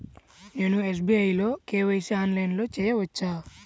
నేను ఎస్.బీ.ఐ లో కే.వై.సి ఆన్లైన్లో చేయవచ్చా?